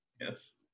Yes